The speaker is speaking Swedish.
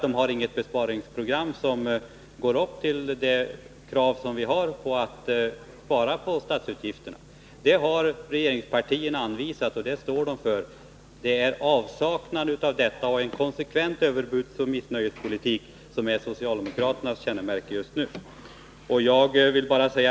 De har ju inget besparingsprogram som svarar mot kraven på besparingar i statsutgifterna. Det har regeringspartierna däremot — och det står vi för. Det är avsaknaden av besparingsplaner tillsammans med en konsekvent överbudsoch missnöjespolitik som är socialdemokraternas kännetecken just nu.